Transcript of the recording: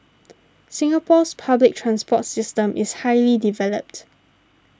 Singapore's public transport system is highly developed